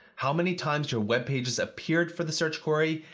how many times your web pages appeared for the search query,